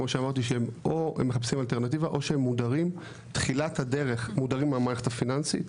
שכמו שאמרתי או הם מחפשים אלטרנטיבה או שהם מודרים מהמערכת הפיננסית.